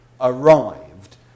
arrived